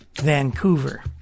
vancouver